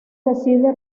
decide